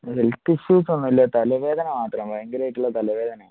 health issues ഒന്നുമില്ല തലവേദന മാത്രം ഭയങ്കരമായിട്ടുള്ള തലവേദനയാണ്